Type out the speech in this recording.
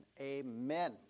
Amen